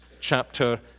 chapter